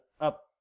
up